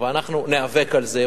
אבל אנחנו ניאבק על זה,